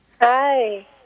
Hi